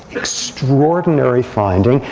extraordinary finding.